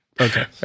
Okay